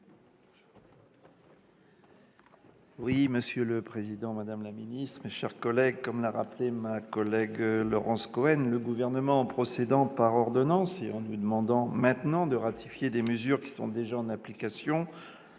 Monsieur le président, madame la ministre, mes chers collègues, comme l'a rappelé Laurence Cohen, le Gouvernement, en procédant par ordonnances et en nous demandant maintenant de ratifier des mesures qui sont déjà appliquées,